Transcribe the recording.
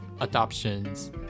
adoptions